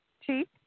Chief